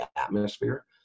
atmosphere